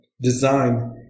design